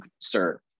sir